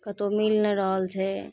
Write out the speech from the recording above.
कतहु मिल नहि रहल छै